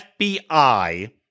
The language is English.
FBI